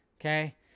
Okay